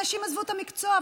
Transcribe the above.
אנשים עזבו את המקצוע,